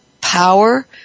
power